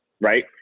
right